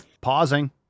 Pausing